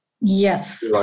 Yes